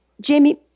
Jamie